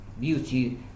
beauty